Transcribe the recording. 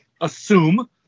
assume